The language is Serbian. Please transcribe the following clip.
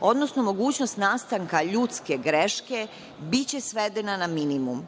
odnosno mogućnost nastanka ljudske greške biće svedena na minimum.